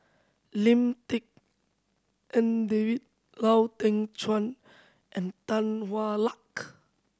Lim Tik En David Lau Ting Chuan and Tan Hwa Luck